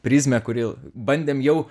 prizmę kuri bandėm jau